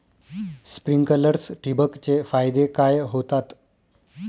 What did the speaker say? Sprinklers ठिबक चे फायदे काय होतात?